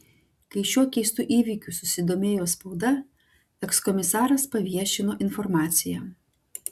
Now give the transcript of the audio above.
kai šiuo keistu įvykiu susidomėjo spauda ekskomisaras paviešino informaciją